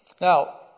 Now